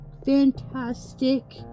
fantastic